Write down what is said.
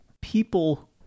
people